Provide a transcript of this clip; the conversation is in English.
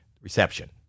reception